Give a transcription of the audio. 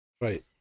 Right